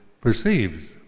perceives